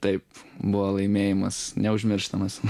taip buvo laimėjimas neužmirštamas